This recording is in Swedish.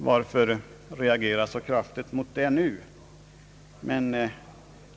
Varför reagera så kraftigt mot den ordningen nu?